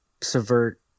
subvert